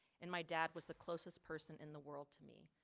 and my dad was the closest person in the world to me,